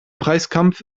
preiskampf